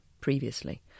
previously